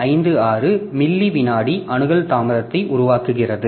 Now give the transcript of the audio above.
56 milli விநாடி அணுகல் தாமதத்தை உருவாக்குகிறது